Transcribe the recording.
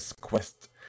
Quest